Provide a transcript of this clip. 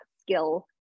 skill